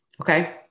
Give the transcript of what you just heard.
Okay